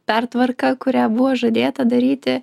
pertvarką kurią buvo žadėta daryti